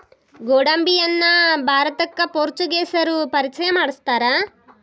ಗೋಡಂಬಿಯನ್ನಾ ಭಾರತಕ್ಕ ಪೋರ್ಚುಗೇಸರು ಪರಿಚಯ ಮಾಡ್ಸತಾರ